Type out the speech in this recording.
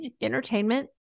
entertainment